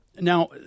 Now